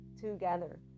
together